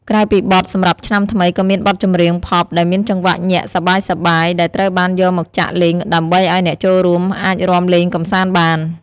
ក្រៅពីបទសម្រាប់ឆ្នាំថ្មី ក៏មានបទចម្រៀងផប់ដែលមានចង្វាក់ញាក់សប្បាយៗ ដែលត្រូវបានយកមកចាក់លេងដើម្បីឱ្យអ្នកចូលរួមអាចរាំលេងកម្សាន្តបាន។